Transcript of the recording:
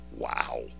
Wow